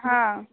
हा